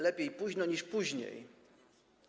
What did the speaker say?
Lepiej późno niż później.